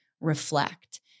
reflect